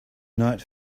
night